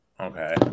Okay